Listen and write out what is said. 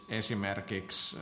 esimerkiksi